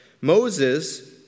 Moses